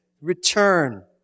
return